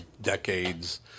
decades